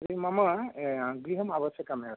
यदि मम आ गृहम् आवश्कयकम् एव